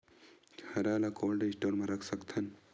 हरा ल cold store म रख सकथन?